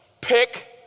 pick